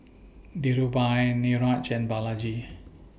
Dhirubhai Niraj and Balaji